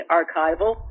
archival